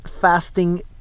fasting